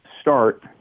start